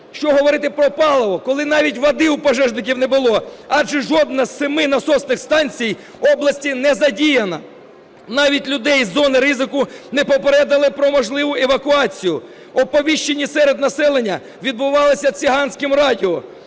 Що говорити про паливо, коли навіть води у пожежників не було, адже жодна з семи насосних станцій області не задіяна. Навіть людей із зони ризику не попередили про можливу евакуацію, оповіщення серед населення відбувалися циганським радіо.